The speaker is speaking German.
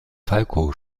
falco